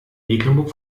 mecklenburg